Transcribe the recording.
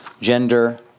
Gender